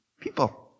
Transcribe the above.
people